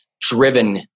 driven